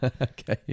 Okay